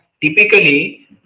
typically